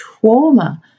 trauma